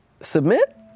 submit